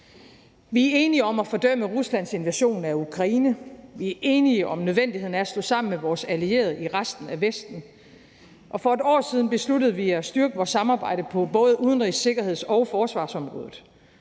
Vi er enige om at fordømme Ruslands invasion af Ukraine, vi er enige om nødvendigheden af at stå sammen med vores allierede i Vesten, og for 1 år siden besluttede vi at styrke vores samarbejde på både udenrigs-, sikkerheds- og forsvarsområdet,